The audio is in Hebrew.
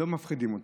לא מפחידים אותם,